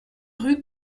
rue